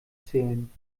zählen